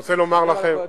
והוא שומר על כל הדברים,